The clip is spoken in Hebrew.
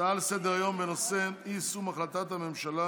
הצעות לסדר-היום בנושא: אי-יישום החלטת הממשלה